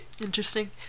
Interesting